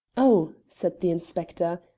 oh, said the inspector,